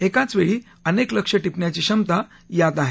एकावेळी अनेक लक्ष्य टिपण्याची क्षमता यात आहे